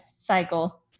cycle